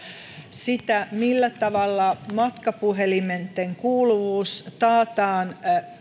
sitä millä tavalla matkapuhelinten kuuluvuus taataan